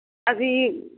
ਜੀ